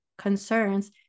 concerns